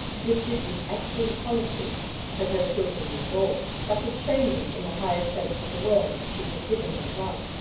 gifted with excellent qualities had her children been born but of training, in the highest sense of the word, she had given them none.